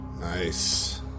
Nice